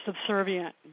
subservient